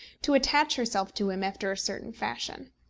to attach herself to him after a certain fashion.